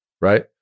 right